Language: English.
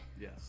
Yes